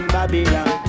Babylon